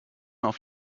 auf